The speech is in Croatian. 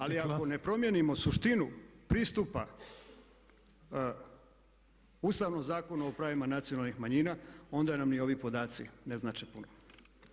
Ali ako ne promijenimo suštinu pristupa Ustavnom zakonu o pravima nacionalnih manjina onda nam ni ovi podaci ne znače puno.